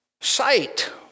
sight